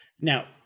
Now